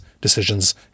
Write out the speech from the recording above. decisions